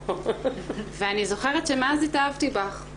ואני זוכרת שמאז התאהבתי בך.